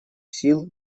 сил